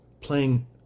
playing